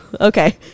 Okay